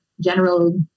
general